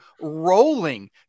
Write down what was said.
rolling